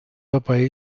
dabei